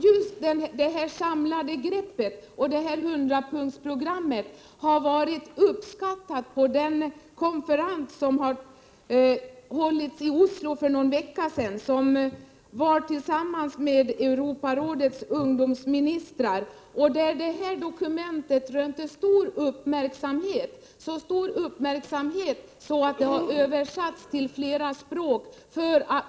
Just det samlade greppet och 100-punktsprogrammet mottogs med uppskattning på den konferens som hölls i Oslo för någon vecka sedan, där Europarådets ungdomsministrar deltog. Dokumentet rönte stor uppmärksamhet — så stor uppmärksamhet att det har översatts till flera språk.